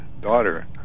daughter